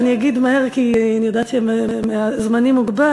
אגיד מהר כי אני יודעת שזמני מוגבל,